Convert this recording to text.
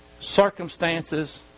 circumstances